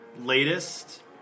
latest